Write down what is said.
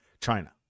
China